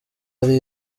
ari